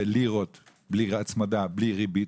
בלירות בלי הצמדה, בלי ריבית.